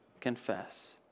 confess